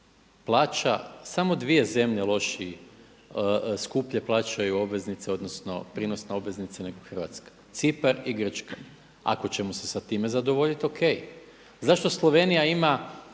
EU plaća samo dvije zemlje lošiji, skuplje plaćaju obveznice, odnosno prinos na obveznice nego Hrvatska, Cipar i Grčka. Ako ćemo se sa time zadovoljiti o.k. Zašto Slovenija ima